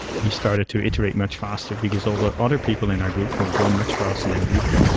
we started to iterate much faster, because all the other people in our group were going much faster than we were.